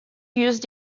use